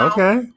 Okay